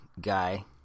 guy